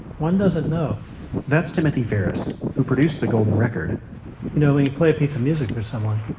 one doesn't know that's timothy ferris, who produced the golden record you know when you play a piece of music for someone,